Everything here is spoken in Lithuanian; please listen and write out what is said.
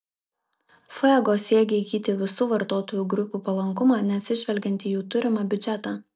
fuego siekė įgyti visų vartotojų grupių palankumą neatsižvelgiant į jų turimą biudžetą